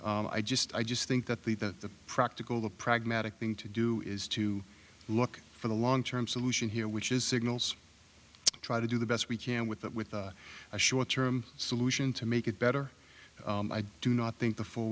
i just i just think that the the practical the pragmatic thing to do is to look for the long term solution here which is signals try to do the best we can with that with a short term solution to make it better i do not think the four